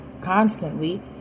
constantly